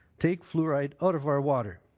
take fluoride out of our water.